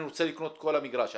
אני רוצה לקנות את כל המגרש.